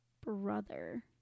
brother